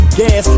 gas